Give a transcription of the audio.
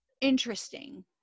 interesting